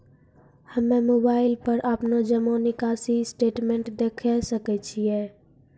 हम्मय मोबाइल पर अपनो जमा निकासी स्टेटमेंट देखय सकय छियै?